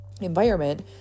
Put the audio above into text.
environment